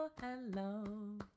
Hello